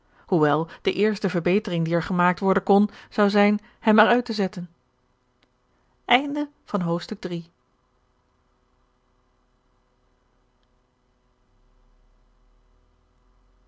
hoewel de eerste verbetering die er gemaakt worden kon zou zijn hem er uit te zetten george een ongeluksvogel